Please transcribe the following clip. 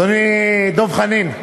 אדוני דב חנין,